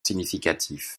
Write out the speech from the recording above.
significatifs